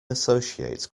associate